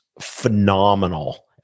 phenomenal